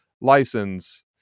license